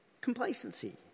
Complacency